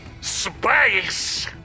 Space